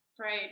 Right